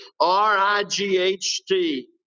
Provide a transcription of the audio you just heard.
R-I-G-H-T